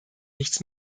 nichts